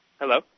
Hello